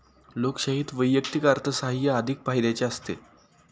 लोकशाहीत वैयक्तिक अर्थसाहाय्य अधिक फायद्याचे असते